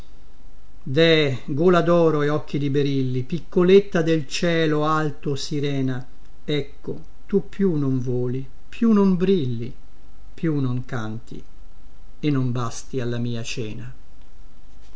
deh gola doro e occhi di berilli piccoletta del cielo alto sirena ecco tu più non voli più non brilli più non canti e non basti alla mia cena